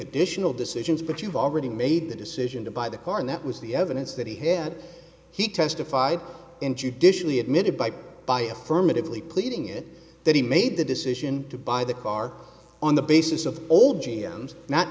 additional decisions but you've already made the decision to buy the car and that was the evidence that he had he testified in judicially admitted by by affirmatively pleading it that he made the decision to buy the car on the basis of